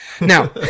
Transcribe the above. Now